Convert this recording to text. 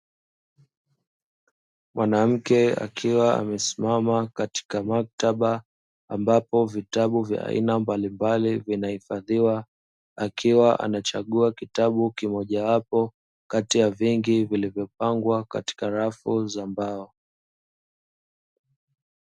Mwanamke akiwa amesimama katika maktaba ambapo vitabu vya aina mbalimbali vinahifadhiwa, akiwa anchagua kitabu kimoja wapo kati ya vingi vilivyopangwa katika rafu za mbao.